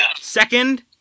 Second